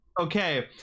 Okay